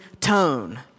tone